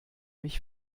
mich